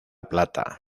plata